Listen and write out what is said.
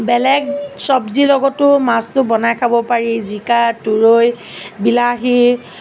বেলেগ চব্জিৰ লগতো মাছটো বনাই খাব পাৰি জিকা তুৰৈ বিলাহী